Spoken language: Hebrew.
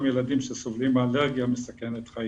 ילדים שסובלים מאלרגיה מסכנת חיים.